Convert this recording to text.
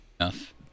enough